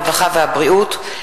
הרווחה והבריאות,